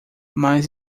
mas